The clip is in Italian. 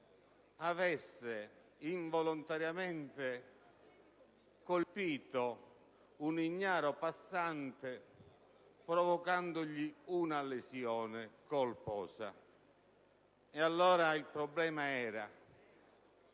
avesse involontariamente colpito un ignaro passante provocandogli una lesione colposa. Il problema era